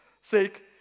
sake